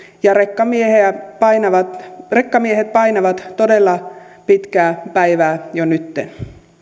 ja rekkamiehet painavat todella pitkää päivää jo nytten